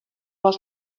was